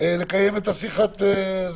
לקיים שיחה.